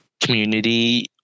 community